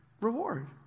reward